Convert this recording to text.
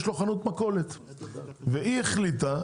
יש לו חנות מכולת והיא החליטה,